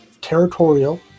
territorial